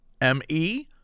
m-e